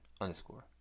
underscore